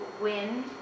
wind